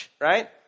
right